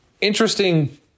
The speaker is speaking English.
interesting